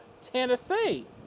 Tennessee